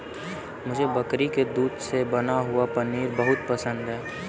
मुझे बकरी के दूध से बना हुआ पनीर बहुत पसंद है